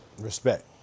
Respect